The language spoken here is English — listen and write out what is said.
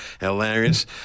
hilarious